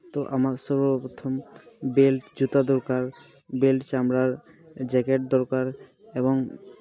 ᱛᱳ ᱟᱢᱟᱜ ᱥᱤᱨᱵᱚ ᱯᱨᱚᱛᱷᱚᱢ ᱵᱮ ᱞᱴ ᱡᱚᱛᱟᱹ ᱫᱚᱨᱠᱟᱨ ᱵᱮᱹᱞᱴ ᱪᱟᱢᱲᱟᱨ ᱡᱮᱠᱮᱴ ᱫᱚᱨᱠᱟᱨ ᱮᱵᱚᱝ